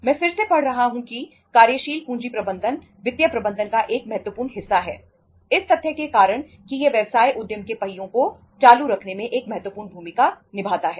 मैं फिर से पढ़ रहा हूं कि कार्यशील पूंजी प्रबंधन वित्तीय प्रबंधन का एक महत्वपूर्ण हिस्सा है इस तथ्य के कारण कि यह व्यवसाय उद्यम के पहियों को चालू रखने में एक महत्वपूर्ण भूमिका निभाता है